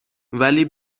ولی